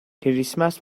کریسمس